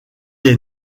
est